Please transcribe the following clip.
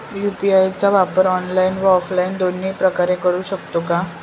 UPI चा वापर online व ऑफलाईन दोन्ही प्रकारे करु शकतो का?